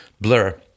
blur